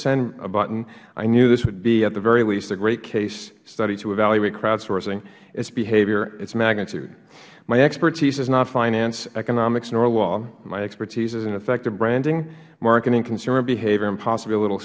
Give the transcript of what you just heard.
send button i knew this would be at the very least a great case study to evaluate crowd sourcing its behavior its magnitude my expertise is not finance economics or law my expertise is in effective branding marketing consumer behavior and possibly a little